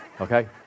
okay